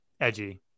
Edgy